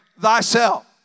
thyself